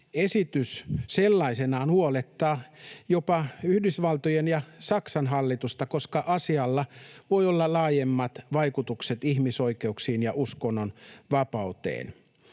esitys sellaisenaan huolettaa jopa Yhdysvaltojen ja Saksan hallitusta, koska asialla voi olla laajemmat vaikutukset ihmisoikeuksiin ja uskonnonvapauteen.